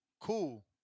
Cool